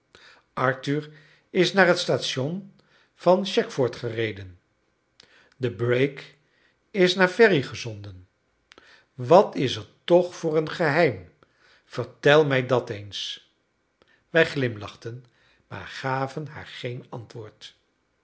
arthur is naar het station van chegford gereden de break is naar ferry gezonden wat is er toch voor een geheim vertel mij dat eens wij glimlachten maar gaven haar geen antwoord